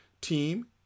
team